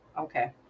Okay